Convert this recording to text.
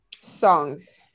songs